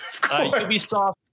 Ubisoft